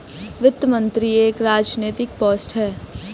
वित्त मंत्री एक राजनैतिक पोस्ट है